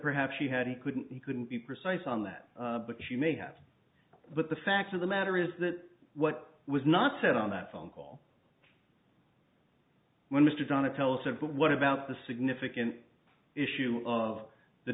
perhaps she had he couldn't he couldn't be precise on that but she may have but the fact of the matter is that what was not said on that phone call when mr donna tells her but what about the significant issue of the